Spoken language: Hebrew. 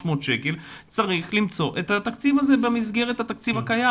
שקל צריך למצוא את התקציב הזה במסגרת התקציב הקיים,